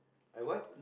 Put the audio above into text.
I what